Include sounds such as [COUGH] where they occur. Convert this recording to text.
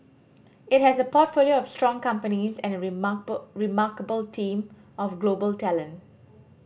it has a portfolio of strong companies and a [UNINTELLIGIBLE] remarkable team of global talent